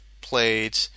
played